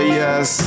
yes